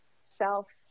self